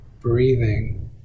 breathing